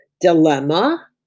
dilemma